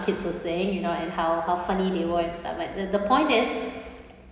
kids were saying you know and how how funny they were and stuff the the point is